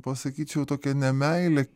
pasakyčiau tokia ne meilė